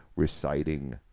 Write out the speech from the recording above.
Reciting